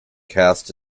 cast